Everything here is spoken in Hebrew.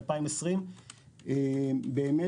התמונה המזעזעת הזו מ-2020 מבסיס חצור.